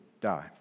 die